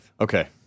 Okay